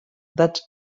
that